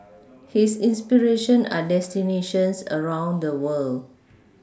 his inspiration are destinations around the world